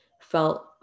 felt